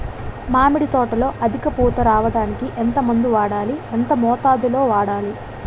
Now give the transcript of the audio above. మామిడి తోటలో అధిక పూత రావడానికి ఎంత మందు వాడాలి? ఎంత మోతాదు లో వాడాలి?